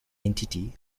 entity